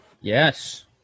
Yes